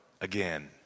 again